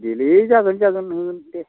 देलै जागोन जागोन दे